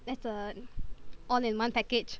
that's a all in one package